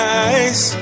eyes